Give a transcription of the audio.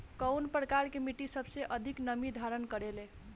कउन प्रकार के मिट्टी सबसे अधिक नमी धारण करे ले?